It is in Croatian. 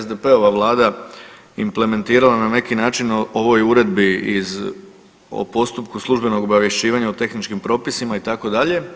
SDP-ova Vlada implementirala na neki način o ovoj Uredbi o postupku službenog obavješćivanja o tehničkim propisima itd.